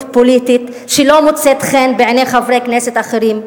פוליטית שלא מוצאת חן בעיני חברי כנסת אחרים.